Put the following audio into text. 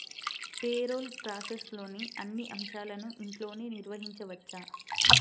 payroll ప్రాసెస్లోని అన్ని అంశాలను ఇంట్లోనే నిర్వహించవచ్చు